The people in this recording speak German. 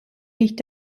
nicht